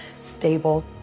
stable